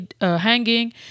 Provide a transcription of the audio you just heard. hanging